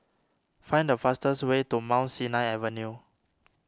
find the fastest way to Mount Sinai Avenue